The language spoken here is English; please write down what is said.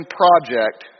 project